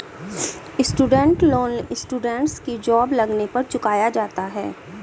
student loan students की job लगने पर चुकाया जाता है